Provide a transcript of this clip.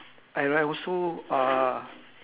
I like also uh